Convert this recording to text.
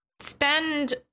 spend